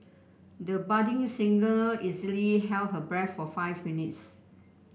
the budding singer easily held her breath for five minutes